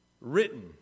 written